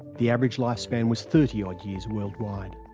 the average lifespan was thirty odd years worldwide.